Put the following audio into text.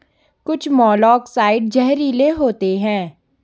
कुछ मोलॉक्साइड्स जहरीले होते हैं